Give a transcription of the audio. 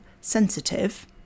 sensitive